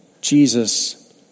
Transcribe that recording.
Jesus